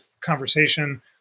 conversation